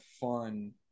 fun